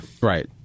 Right